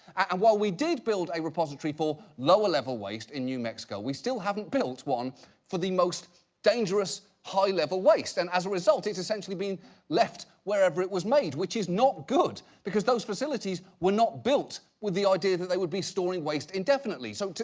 and while we did build a repository for lower-level waste in new mexico, we still haven't built one for the most dangerous, high-level waste. and, as a result, it's essentially been left wherever it was made. which is not good, because those facilities were not built with the idea that they would be storing waste indefinitely. so,